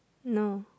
no